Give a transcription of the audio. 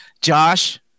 josh